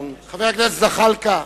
חבר הכנסת זחאלקה.